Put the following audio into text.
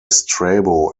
strabo